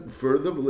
further